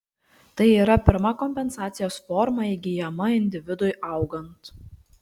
tai yra pirma kompensacijos forma įgyjama individui augant